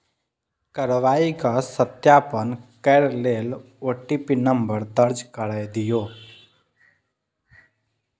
कार्रवाईक सत्यापन करै लेल ओ.टी.पी नंबर दर्ज कैर दियौ